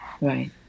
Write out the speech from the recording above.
Right